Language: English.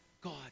God